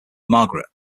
margaret